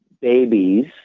babies